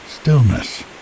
stillness